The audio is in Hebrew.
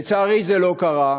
לצערי, זה לא קרה.